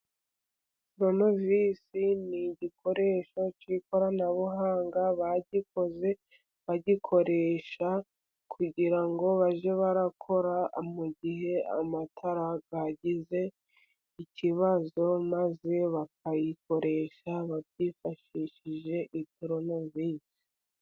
Torunovise ni igikoresho cy'ikoranabuhanga. Bagikoze bagikoresha kugira ngo bajye barakora mu gihe amatara yagize ikibazo, maze bakayakora bifashishije iyi torunovise.